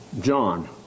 John